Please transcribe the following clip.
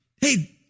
Hey